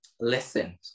listen